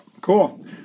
Cool